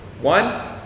One